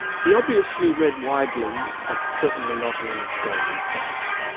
he obviously read widely, but certainly not in any scholarly sense.